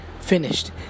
finished